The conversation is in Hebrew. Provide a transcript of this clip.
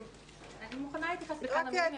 אני מוכנה להתייחס בכמה מילים.